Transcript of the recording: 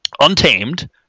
untamed